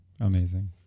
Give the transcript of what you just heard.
Amazing